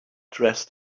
dressed